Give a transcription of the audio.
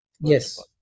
Yes